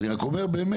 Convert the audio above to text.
אני רק אומר באמת,